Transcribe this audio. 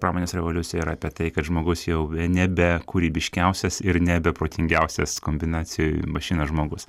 pramonės revoliucija yra apie tai kad žmogus jau nebe kūrybiškiausias ir nebe protingiausias kombinacijoj mašina žmogus